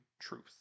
truth